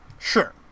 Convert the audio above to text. Sure